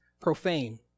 profane